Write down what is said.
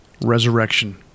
Resurrection